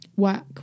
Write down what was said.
work